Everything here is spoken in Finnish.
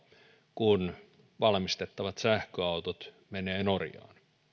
kun valmistettavat sähköautot menevät norjaan